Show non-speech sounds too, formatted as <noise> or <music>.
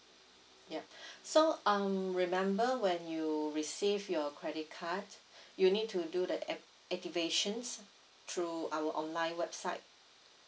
yup <breath> so um remember when you receive your credit card you need to do the ac~ activations through our online website